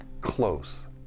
close